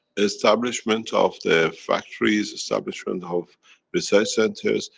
establishment of the factories, establishment of research centers,